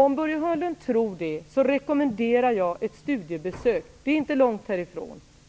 Om Börje Hörnlund tror det rekommenderar jag honom att göra ett studiebesök